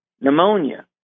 pneumonia